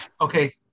Okay